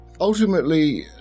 Ultimately